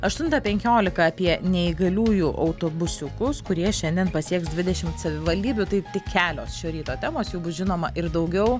aštuntą penkiolika apie neįgaliųjų autobusiukus kurie šiandien pasieks dvidešimt savivaldybių tai tik kelios šio ryto temos jų bus žinoma ir daugiau